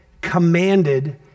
commanded